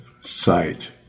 sight